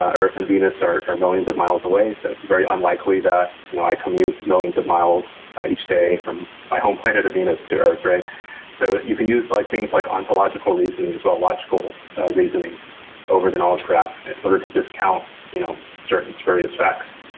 ah earth and venus are millions of miles away. it's and it's very unlikely that you know i commute millions of miles each day from my home planet of venus to earth. so you can use like things like ontological reasoning as well, logical reasoning over the knowledge graph in order to discount you know certain spurious facts.